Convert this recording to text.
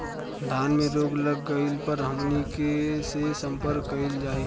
धान में रोग लग गईला पर हमनी के से संपर्क कईल जाई?